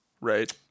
right